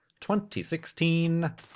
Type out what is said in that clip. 2016